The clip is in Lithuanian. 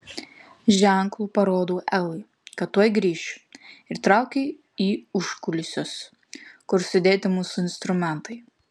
ženklu parodau elai kad tuoj grįšiu ir traukiu į užkulisius kur sudėti mūsų instrumentai